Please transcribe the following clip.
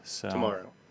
Tomorrow